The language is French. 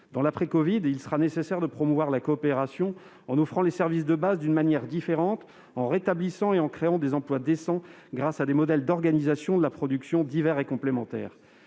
Dans l'après-covid, il sera nécessaire de promouvoir la coopération en offrant les services de base d'une manière différente, en rétablissant et en créant des emplois décents grâce à des modèles d'organisation de la production divers et complémentaires.